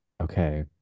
Okay